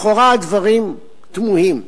לכאורה הדברים תמוהים,